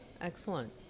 Excellent